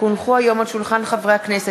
כי הונחו היום על שולחן הכנסת,